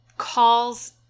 calls